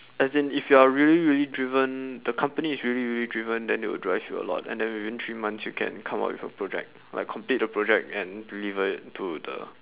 as in if you are really really driven the company is really really driven then they will drive you a lot and then within three months you can come up with a project like complete the project and deliver it to the